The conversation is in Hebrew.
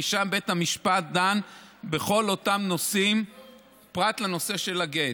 כי שם בית המשפט דן בכל אותם נושאים פרט לנושא של הגט,